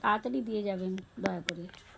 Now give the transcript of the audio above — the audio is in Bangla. তাড়াতাড়ি দিয়ে যাবেন দয়া করে